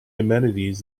amenities